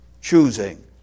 choosing